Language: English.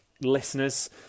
listeners